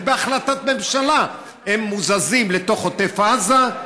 בהחלטת ממשלה הם מוזזים לתוך עוטף עזה,